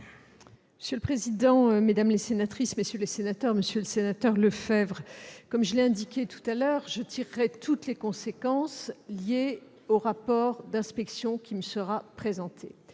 Monsieur le président, mesdames, messieurs les sénateurs, monsieur Lefèvre, comme je l'ai indiqué tout à l'heure, je tirerai toutes les conséquences du rapport d'inspection qui me sera présenté.